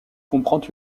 comprend